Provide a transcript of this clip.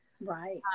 Right